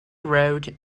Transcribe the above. wrote